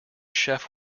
chef